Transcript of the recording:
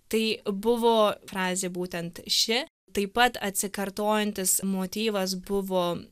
tai buvo frazė būtent ši taip pat atsikartojantis motyvas buvo